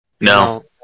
No